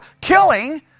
killing